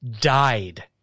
died